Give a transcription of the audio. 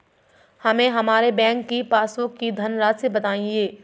हमें हमारे बैंक की पासबुक की धन राशि बताइए